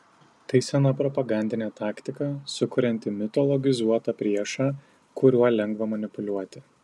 tai sena propagandinė taktika sukuriantį mitologizuotą priešą kuriuo lengva manipuliuoti